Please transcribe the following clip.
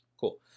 Cool